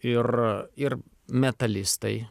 ir ir metalistai